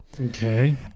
Okay